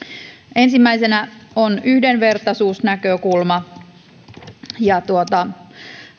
ensimmäisenä on yhdenvertaisuusnäkökulma